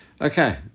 Okay